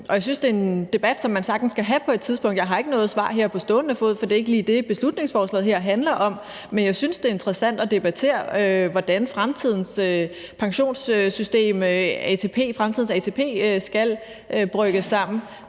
jeg synes, det er en debat, som man sagtens kan have på et tidspunkt. Jeg har ikke noget svar her på stående fod, for det er ikke lige det, beslutningsforslaget her handler om, men jeg synes, det er interessant at debattere, hvordan fremtidens pensionssystem, fremtidens ATP, skal brygges sammen,